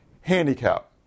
handicap